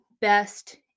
best